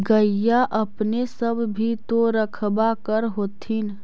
गईया अपने सब भी तो रखबा कर होत्थिन?